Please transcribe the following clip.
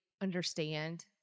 understand